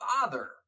Father